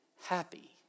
happy